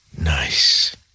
nice